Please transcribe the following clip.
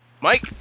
Mike